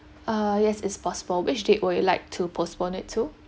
uh yes it's possible which date would you like to postpone it to